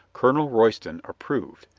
colonel royston approved.